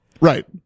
right